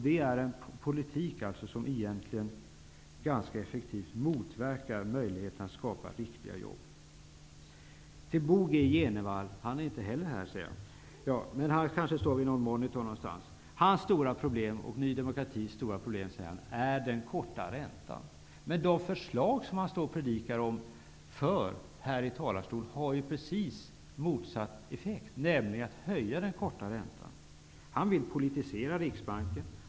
Det är en politik som egentligen ganska effektivt motverkar möjligheterna att skapa riktiga jobb. Bo G Jenevall är inte heller här, ser jag, men han kanske står vid en monitor någonstans. Hans stora problem och Ny demokratis stora problem är, säger han, den korta räntan. Men de förslag som han predikar för här i talarstolen har precis motsatt effekt mot vad han säger sig vilja åstadkomma. De kommer att höja den korta räntan. Han vill politisera Riksbanken.